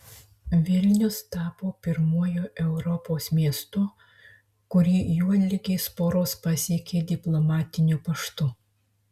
vilnius tapo pirmuoju europos miestu kurį juodligės sporos pasiekė diplomatiniu paštu